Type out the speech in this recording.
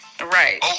right